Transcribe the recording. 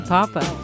Papa